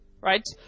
right